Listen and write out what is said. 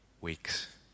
weeks